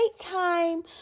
time